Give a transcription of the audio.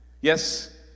Yes